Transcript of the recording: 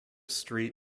street